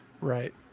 Right